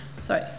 sorry